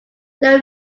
they